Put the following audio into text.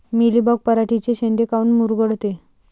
Mealybug पराटीचे चे शेंडे काऊन मुरगळते?